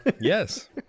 Yes